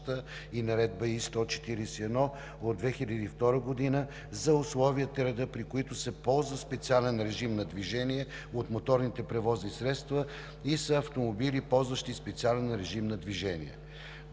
и Наредба № I-141 от 2002 г. за условията и реда, при който се ползва специален режим на движение от моторните превозни средства, и са автомобили, ползващи специален режим на движение.